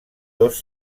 dos